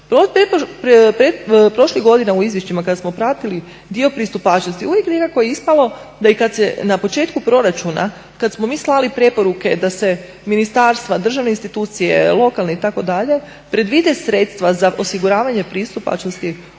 Prošlih godina u izvješćima kad smo pratili dio pristupačnosti uvijek nekako je ispalo da i kad se na početku proračuna kad smo mi slali preporuke da se ministarstva, državne institucije, lokalne itd. predvide sredstva za osiguravanje pristupačnosti